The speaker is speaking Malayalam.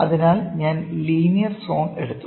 അതിനാൽ ഞാൻ ലീനിയർ സോൺ എടുത്തു